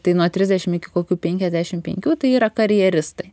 tai nuo trisdešim iki kokių penkiasdešim penkių tai yra karjeristai